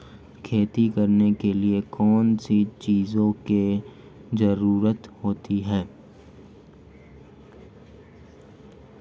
खेती करने के लिए कौनसी चीज़ों की ज़रूरत होती हैं?